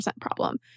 problem